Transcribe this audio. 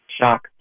shock